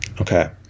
Okay